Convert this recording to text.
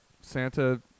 Santa